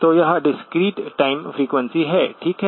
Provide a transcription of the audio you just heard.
तो यह discrete time frequency है ठीक है